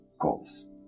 goals